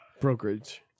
Brokerage